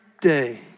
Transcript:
day